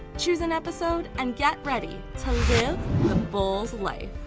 choose an episode and get ready to the bulls life.